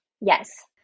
Yes